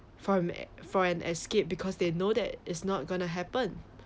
from at for an escape because they know that it's not going to happen